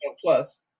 Plus